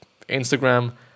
Instagram